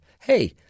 Hey